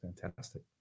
fantastic